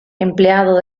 empleado